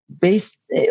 based